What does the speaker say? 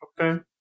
okay